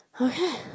Okay